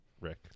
Rick